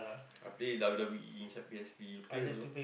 I play W_W_E inside P_S_P you play also